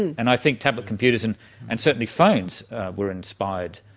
and and i think tablet computers and and certainly phones were inspired,